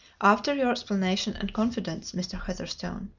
after your explanation and confidence, mr. heatherstone.